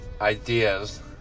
ideas